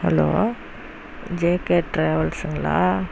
hello J K டிராவல்ஸுங்களா